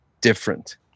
different